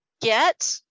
get